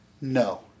No